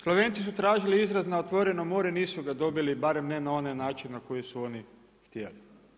Slovenci su tražili izlaz na otvoreno more, nisu ga dobili, berem ne na onaj način na koji su oni htjeli.